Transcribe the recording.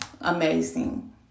amazing